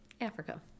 Africa